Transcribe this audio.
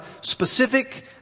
specific